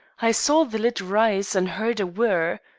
i saw the lid rise and heard a whirr.